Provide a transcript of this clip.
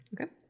Okay